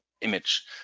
image